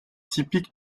typique